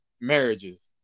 marriages